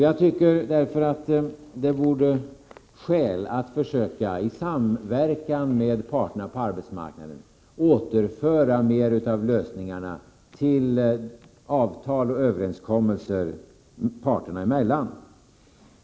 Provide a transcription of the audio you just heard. Jag tycker därför att det vore skäl att i samverkan med parterna på arbetsmarknaden försöka återföra fler av lösningarna till avtal och överenskommelser parterna emellan.